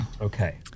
Okay